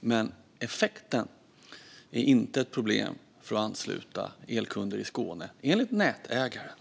Men effekten är inte ett problem när det gäller att ansluta elkunder i Skåne, enligt nätägaren.